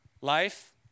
Life